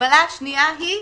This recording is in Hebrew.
המגבלה השנייה היא?